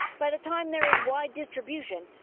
by the time there is wide distribution,